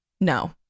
no